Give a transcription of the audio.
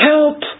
Help